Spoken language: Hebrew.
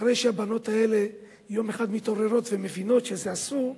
אחרי שהבנות האלה יום אחד מתעוררות ומבינות שזה אסור,